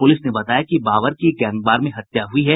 police ने बताया कि बाबर की गैंगवार में हत्या हुयी है